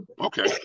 okay